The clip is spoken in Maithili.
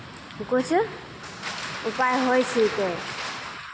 किछु उपाय होइ छिकै